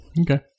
Okay